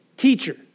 teacher